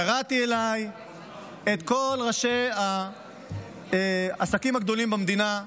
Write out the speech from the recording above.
קראתי אליי את כל ראשי העסקים הגדולים במדינה,